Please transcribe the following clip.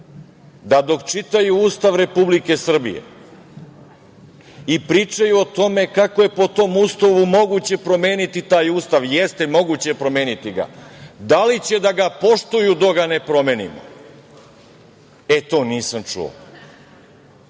da dok čitaju Ustav Republike Srbije i pričaju o tome kako je po tom Ustavu moguće promeniti taj Ustav, jeste, moguće je promeniti ga. Da li će da ga poštuju dok ga ne promenimo? E, to nisam čuo.